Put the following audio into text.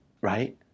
Right